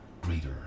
greater